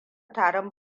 taron